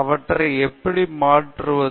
அவற்றை எப்படி மாற்றுவது